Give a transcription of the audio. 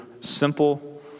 simple